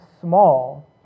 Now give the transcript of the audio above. small